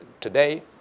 Today